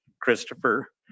Christopher